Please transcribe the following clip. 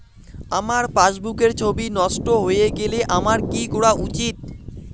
আমার পাসবুকের ছবি নষ্ট হয়ে গেলে আমার কী করা উচিৎ?